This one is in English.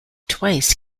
twice